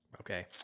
Okay